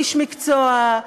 איש מקצוע,